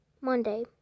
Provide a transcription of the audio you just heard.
Monday